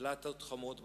פלטות חמות בחדרים,